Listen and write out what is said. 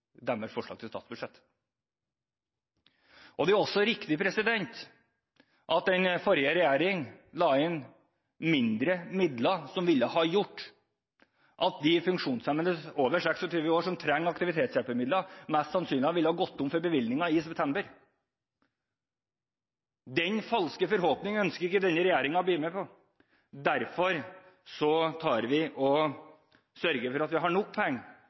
deres forslag til statsbudsjett. Det er også riktig at den forrige regjeringen la inn mindre midler, som ville ha gjort at de funksjonshemmede over 26 år som trenger aktivitetshjelpemidler, mest sannsynlig ville ha gått tom for bevilgninger i september. Den falske forhåpningen ønsker ikke denne regjeringen å være med på, og derfor sørger vi for å ha nok penger, som tilfredsstiller mulighetene til å realisere at